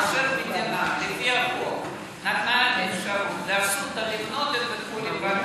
כאשר המדינה לפי החוק נתנה אפשרות לאסותא לקנות את בית החולים,